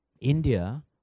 India